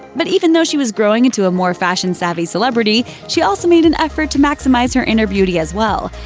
but even though she was growing into a more fashion-savvy celebrity, she also made an effort to maximize her inner beauty as well.